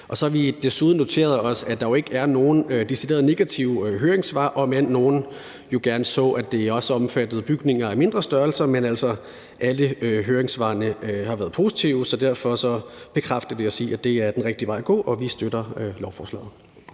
Så har vi desuden noteret os, at der jo ikke er nogen decideret negative høringssvar, om end nogen jo gerne så, at det også omfattede bygninger af mindre størrelser. Men, altså, alle høringssvarene har været positive, og det bekræfter os i, at det er den rigtige vej at gå, og vi støtter lovforslaget.